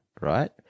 right